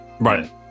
Right